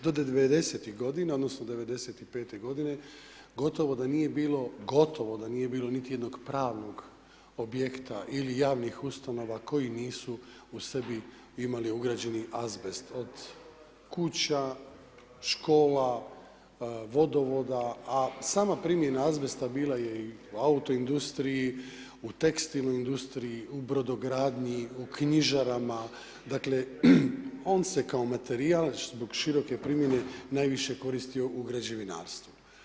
Do 90-tih godina, odnosno 95. godine gotovo da nije bilo, gotovo da nije bilo ni jednog pravnog objekta ili javnih ustanova koji nisu u sebi imali ugrađeni azbest, od kuća, škola, vodovoda, a sama primjena azbesta bila je i u autoindustriji, u tekstilnoj industriji u brodogradnji, u knjižarama, dakle, on se kao materijal zbog široke primjene najviše koristio u građevinarstvu.